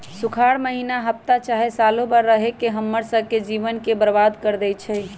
सुखार माहिन्ना हफ्ता चाहे सालों भर रहके हम्मर स के जीवन के बर्बाद कर देई छई